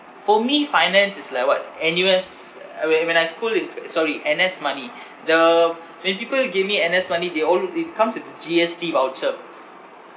for me finance is like what N_U_S uh whe~ when I school ins sorry N_S money the when people give me N_S money they all it comes with the G_S_T voucher